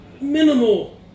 Minimal